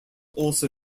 also